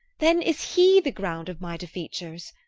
then is he the ground of my defeatures.